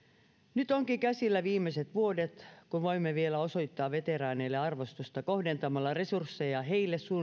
nyt ovatkin käsillä viimeiset vuodet kun voimme vielä osoittaa veteraaneille arvostusta kohdentamalla resursseja heille